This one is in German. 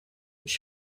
ich